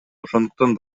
ошондуктан